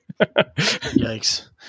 Yikes